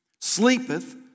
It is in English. sleepeth